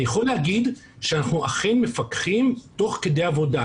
אני יכול להגיד שאנחנו אכן מפקחים תוך כדי עבודה.